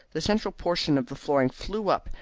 the central portion of the flooring flew up,